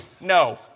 No